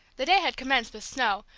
the day had commenced with snow,